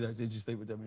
did you sleep with